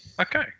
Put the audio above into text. Okay